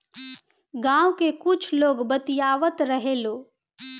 गाँव के कुछ लोग बतियावत रहेलो